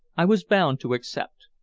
i was bound to accept.